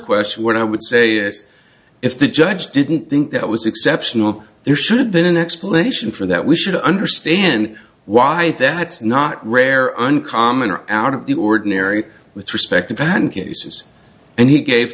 question what i would say is if the judge didn't think that was exceptional there should have been an explanation for that we should understand why that's not rare uncommon are out of the ordinary with respect to patent cases and he gave